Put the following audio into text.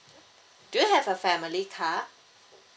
do you have a family car